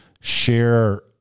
share